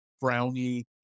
brownie